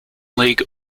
league